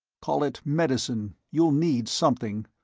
call it medicine, you'll need something,